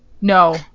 no